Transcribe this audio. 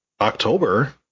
October